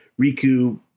Riku